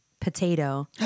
potato